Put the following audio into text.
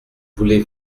voulait